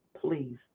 please